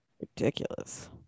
ridiculous